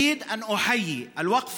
(אומר בערבית: אני רוצה לברך את העמידה